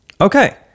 Okay